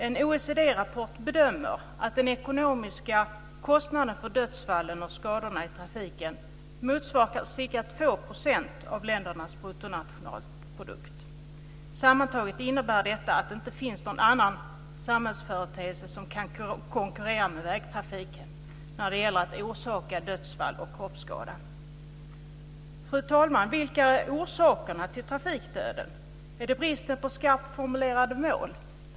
En OECD-rapport bedömer att den ekonomiska kostnaden för dödsfallen och skadorna i trafiken motsvarar ca 2 % av ländernas bruttonationalprodukt. Sammantaget innebär detta att det inte finns någon annan samhällsföreteelse som kan konkurrera med vägtrafiken när det gäller att orsaka dödsfall och kroppsskada. Fru talman! Vilka är orsakerna till trafikdöden? Är det bristen på skarpt formulerade mål?